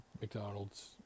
McDonald's